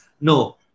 no